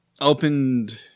opened